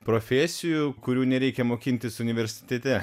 profesijų kurių nereikia mokintis universitete